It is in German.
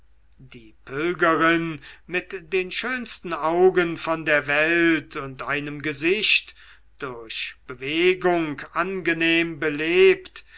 die pilgerin mit den schönsten augen von der welt und einem gesicht durch bewegung angenehm belebt